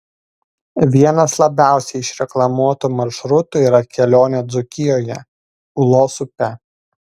vienas labiausiai išreklamuotų maršrutų yra kelionė dzūkijoje ūlos upe